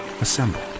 assembled